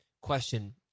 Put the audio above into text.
Question